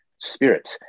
spirit